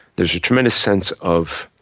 there's a tremendous sense of